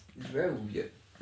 it's very weird